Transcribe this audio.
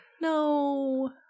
No